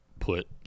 Put